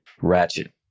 Ratchet